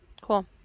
Cool